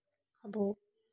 ᱟᱵᱚ